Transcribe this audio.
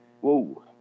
whoa